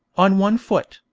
on one foot,